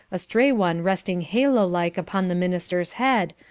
a stray one resting halo-like upon the minister's head,